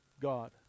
God